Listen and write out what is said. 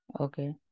okay